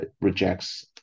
rejects